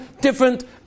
different